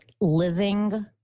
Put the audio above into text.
living